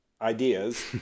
ideas